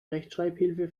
rechtschreibhilfe